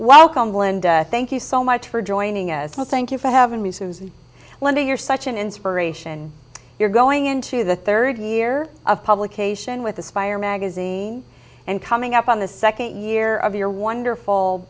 welcome linda thank you so much for joining us well thank you for having me wendy you're such an inspiration you're going into the third year of publication with aspire magazine and coming up on the second year of your wonderful